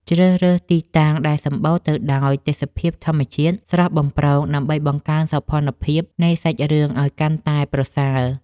ជ្រើសរើសទីតាំងដែលសម្បូរទៅដោយទេសភាពធម្មជាតិស្រស់បំព្រងដើម្បីបង្កើនសោភ័ណភាពនៃសាច់រឿងឱ្យកាន់តែប្រសើរ។